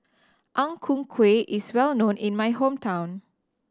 Ang Ku Kueh is well known in my hometown